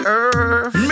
earth